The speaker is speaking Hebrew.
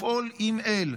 לפעול עם אל.